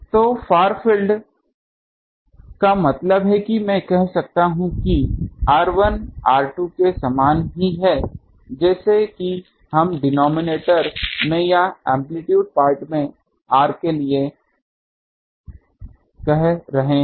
तो far field का मतलब है कि मैं कह सकता हूं कि r1 r2 के समान ही है जैसे कि हम डिनोमिनेटर में या एम्प्लीट्यूड पार्ट में r के लिए कर रहे है